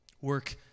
work